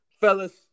fellas